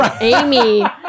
Amy